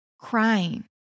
crying